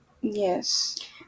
Yes